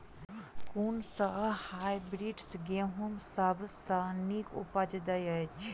कुन सँ हायब्रिडस गेंहूँ सब सँ नीक उपज देय अछि?